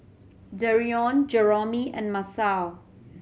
Dereon Jeromy and Masao